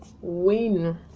win